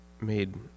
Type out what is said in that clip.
made